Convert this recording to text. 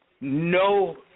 no